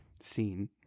scene